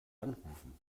anrufen